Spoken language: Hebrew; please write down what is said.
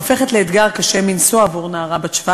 הופכת לאתגר קשה מנשוא עבור נערה בת 17